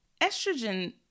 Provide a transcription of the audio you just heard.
estrogen